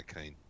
keen